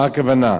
מה הכוונה?